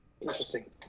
Interesting